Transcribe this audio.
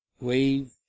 wave